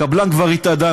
הקבלן כבר התאדה,